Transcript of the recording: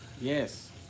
Yes